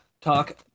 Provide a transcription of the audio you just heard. talk